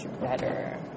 better